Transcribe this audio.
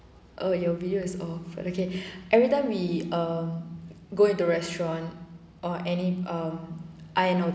oh your videos is of okay every time we err go into restaurant or any um I know